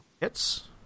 hits